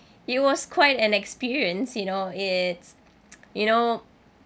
it was quite an experience you know it's you know